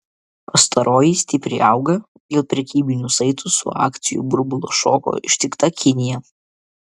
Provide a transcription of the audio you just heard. pastaroji stipriai auga dėl prekybinių saitų su akcijų burbulo šoko ištikta kinija